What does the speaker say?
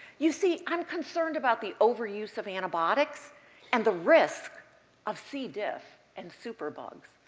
you see, i'm concerned about the overuse of antibiotics and the risk of c. diff and superbugs.